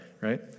right